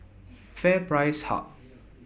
FairPrice Hub